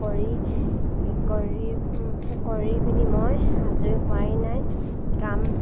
কৰি কৰি কৰি পিনি মই আজৰি হোৱাই নাই কাম